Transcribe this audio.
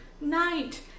night